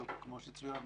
כמו שצוין